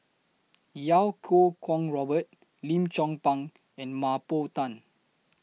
Iau Kuo Kwong Robert Lim Chong Pang and Mah Bow Tan